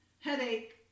headache